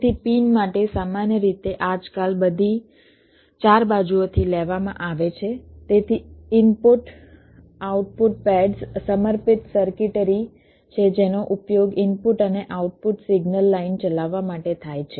તેથી પિન માટે સામાન્ય રીતે આજકાલ બધી 4 બાજુઓથી લેવામાં આવે છે તેથી ઇનપુટ આઉટપુટ પેડ્સ સમર્પિત સર્કિટરી છે જેનો ઉપયોગ ઇનપુટ અને આઉટપુટ સિગ્નલ લાઇન ચલાવવા માટે થાય છે